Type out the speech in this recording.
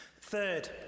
Third